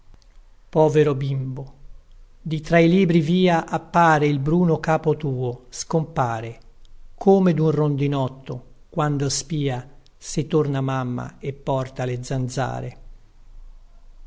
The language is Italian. povero bimbo di tra i libri via appare il bruno capo tuo scompare come dun rondinotto quando spia se torna mamma e porta le zanzare